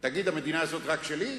תגיד, המדינה הזאת היא רק שלי?